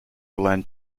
glen